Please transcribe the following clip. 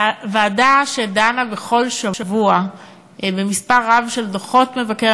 ועדה שדנה בכל שבוע במספר רב של דוחות מבקר